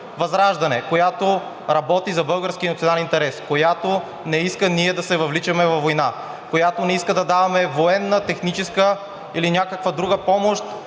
която работи за българския национален интерес, която не иска ние да се въвличаме във война, която не иска да даваме военна, техническа или някаква друга помощ,